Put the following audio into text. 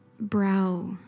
brow